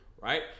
right